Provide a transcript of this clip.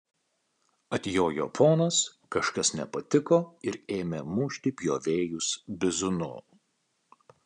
atjojo ponas kažkas nepatiko ir ėmė mušti pjovėjus bizūnu